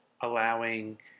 allowing